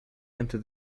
enter